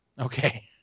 Okay